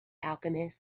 alchemist